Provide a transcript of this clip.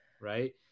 right